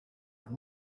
are